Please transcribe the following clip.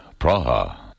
Praha